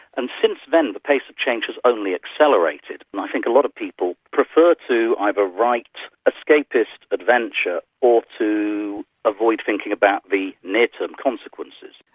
and since then, the pace of change has only accelerated, and i think a lot of people prefer to either write escapist adventure or to avoid thinking about the near term consequences.